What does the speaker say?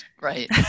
Right